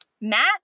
matt